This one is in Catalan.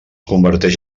converteix